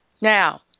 Now